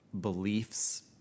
beliefs